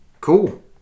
Cool